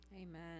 Amen